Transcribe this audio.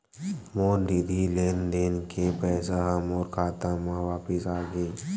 मोर निधि लेन देन के पैसा हा मोर खाता मा वापिस आ गे